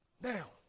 Now